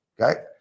Okay